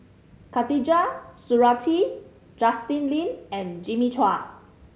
Khatijah Surattee Justin Lean and Jimmy Chua